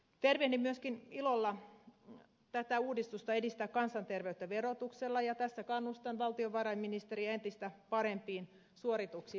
tervehdin myöskin ilolla tätä uudistusta edistää kansanterveyttä verotuksella ja tässä kannustan valtiovarainministeriä entistä parempiin suorituksiin